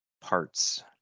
parts